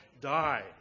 die